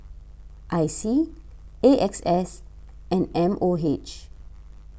I C A X S and M O H